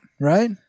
right